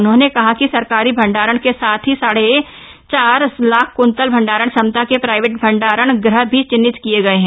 उन्होंने कहा कि सरकारी भंडारण के साथ ही साढ़े चार लाख कृंतल भंडारण क्षमता के प्राइवेट भंडारण गृह भी चिन्हित किये गये है